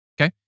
okay